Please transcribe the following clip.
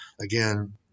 Again